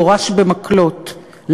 גורש במקלות.